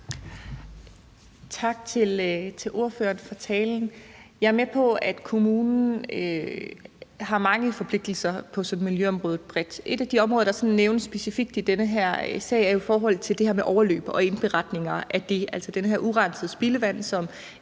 Tak til ordføreren for talen. Jeg er med på, at kommunen bredt set har mange forpligtelser på miljøområdet. Et af de områder, der nævnes specifikt i den her sag, er jo overløb og indberetninger af det, altså det her urensede spildevand, som